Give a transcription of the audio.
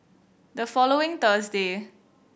the following Thursday